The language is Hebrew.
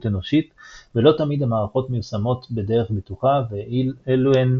אנושית ולא תמיד המערכות מיושמות בדרך בטוחה ואילו הן